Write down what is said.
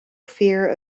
fear